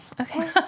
Okay